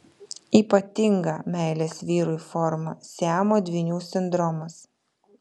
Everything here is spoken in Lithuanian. ypatinga meilės vyrui forma siamo dvynių sindromas